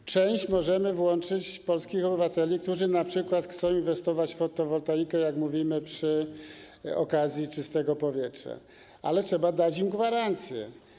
W część możemy włączyć polskich obywateli, którzy np. chcą inwestować w fotowoltaikę, jak mówimy przy okazji czystego powietrza, ale trzeba dać im gwarancję.